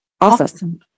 Awesome